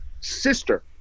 Sister